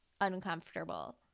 uncomfortable